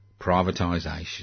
privatisation